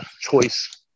choice